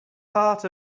part